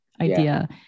idea